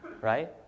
right